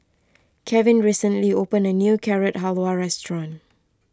Kevin recently opened a new Carrot Halwa restaurant